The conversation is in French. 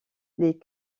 les